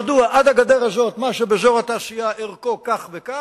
מדוע עד הגדר הזאת שבאזור התעשייה ערכו כך וכך,